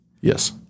Yes